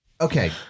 okay